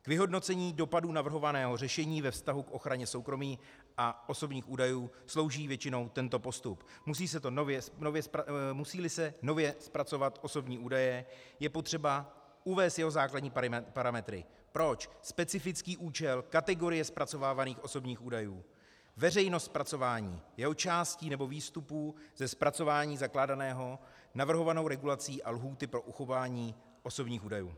K vyhodnocení dopadů navrhovaného řešení ve vztahu k ochraně soukromí a osobních údajů slouží většinou tento postup: musíli se nově zpracovat osobní údaje, je potřeba uvést jeho základní parametry proč, specifický účel, kategorie zpracovávaných osobních údajů, veřejnost zpracování, jeho částí nebo výstupů ze zpracování zakládaného navrhovanou regulací a lhůty pro uchování osobních údajů.